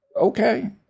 okay